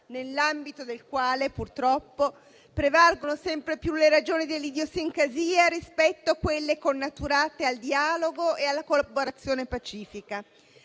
nell'ambito della quale, purtroppo, prevalgono sempre più le ragioni delle idiosincrasie rispetto a quelle connaturate al dialogo e alla collaborazione pacifica.